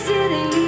City